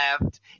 left